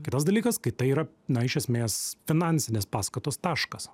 kitas dalykas kai tai yra na iš esmės finansinės paskatos taškas